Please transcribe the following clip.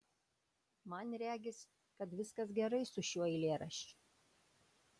man regis kad viskas gerai su šiuo eilėraščiu